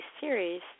series